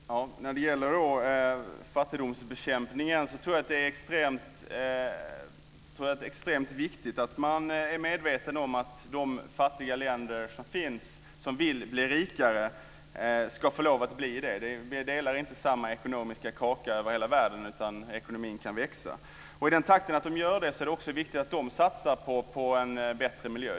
Fru talman! När det gäller fattigdomsbekämpningen tror jag att det är extremt viktigt att man är medveten om att de fattiga länder som finns och som vill bli rikare ska få lov att bli det. Vi delar inte samma ekonomiska kaka över hela världen, utan ekonomin kan växa. I takt med att så sker är det också viktigt att dessa länder satsar på en bättre miljö.